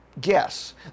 guess